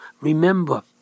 Remember